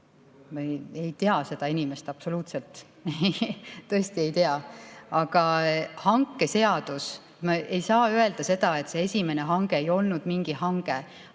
Ma ei tea seda inimest absoluutselt, ma tõesti ei tea. Aga me ei saa öelda seda, et see esimene hange ei olnud mingi hange.